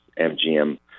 MGM